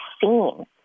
seen